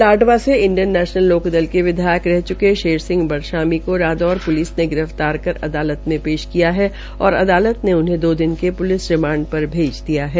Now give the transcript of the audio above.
लाइवा से Indian National Lokdal के विधायक रह चुके शेर सिंह बड़शामी को रादौर प्लिस ने गिरफ्तार कर अदालत में पेश किया है और अदालत ने उन्हें दो दिन के प्लिस रिमांड पर भेज दिया है